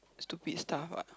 stupid stuff what